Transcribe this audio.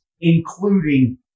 including